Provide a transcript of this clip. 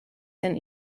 and